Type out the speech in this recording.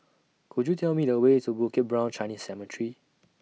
Could YOU Tell Me The Way to Bukit Brown Chinese Cemetery